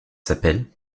s’appelle